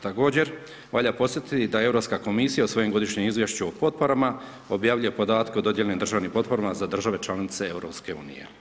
Također valja podsjetiti da Europska komisija u svojem godišnjem izvješću o potporama objavljuje podatke o dodijeljenim državnim potporama za države članice EU.